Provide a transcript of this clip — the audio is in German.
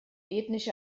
ethnische